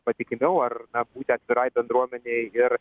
patikimiau ar būti atvirai bendruomenei ir